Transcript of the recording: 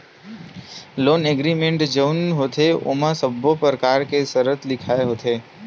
loan agreement जउन होथे ओमा सब्बो परकार के सरत लिखाय होथे